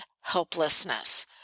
helplessness